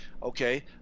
Okay